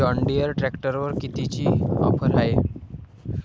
John Deere ट्रॅक्टरवर कितीची offer हाये?